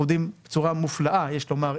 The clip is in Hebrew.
אנחנו עובדים בצורה מופלאה יש לומר,